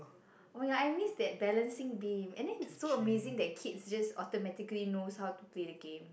oh yeah I miss that balancing beam and then it's so amazing that kids just automatically knows how to play the game